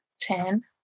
ten